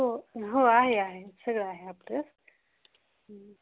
हो हो आहे आहे सगळं आहे आपल्यात